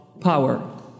power